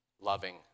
loving